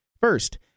First